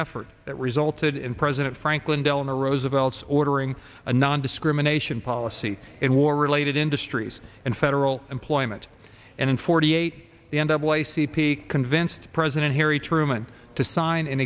effort that resulted in president franklin delano roosevelt ordering a nondiscrimination policy in war related industries and federal employment and in forty eight the end of life c p convinced president harry truman to sign an